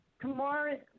Tomorrow